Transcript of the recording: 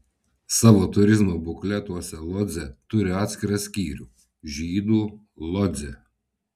savo turizmo bukletuose lodzė turi atskirą skyrių žydų lodzė